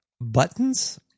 buttons